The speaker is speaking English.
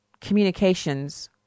communications